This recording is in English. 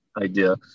idea